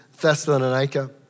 Thessalonica